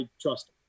trust